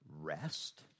rest